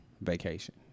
Vacation